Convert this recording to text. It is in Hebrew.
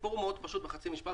הסיפור הוא מאוד פשוט, בחצי משפט.